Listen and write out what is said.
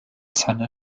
seine